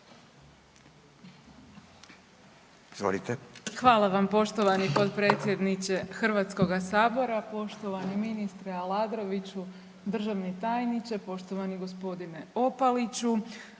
(HDZ)** Hvala vam poštovani potpredsjedniče Hrvatskoga sabora. Poštovani ministre Aladroviću, državni tajniče, poštovani gospodine Opaliću,